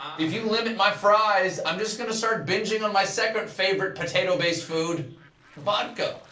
if you limit my fries, i'm just going to start binging on my second-favorite potato-based food vodka.